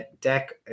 Deck